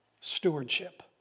stewardship